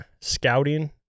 scouting